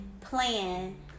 plan